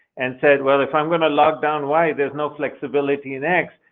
and said, well, if i'm going to lock down y, there's no flexibility in x,